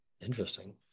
Interesting